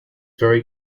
very